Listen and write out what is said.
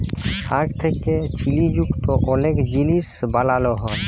আখ থ্যাকে চিলি যুক্ত অলেক জিলিস বালালো হ্যয়